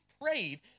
prayed